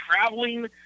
traveling